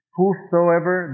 Whosoever